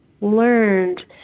learned